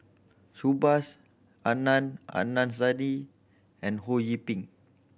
Subhas Adnan Saidi and Ho Yee Ping